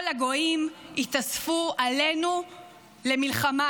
כל הגויים יתאספו עלינו למלחמה.